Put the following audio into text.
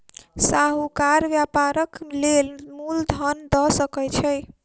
साहूकार व्यापारक लेल मूल धन दअ सकै छै